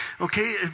okay